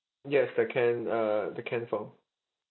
yes the can uh the can form